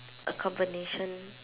a combination